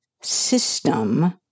system